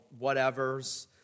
whatevers